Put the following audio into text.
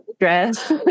dress